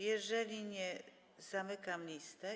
Jeżeli nie, zamykam listę.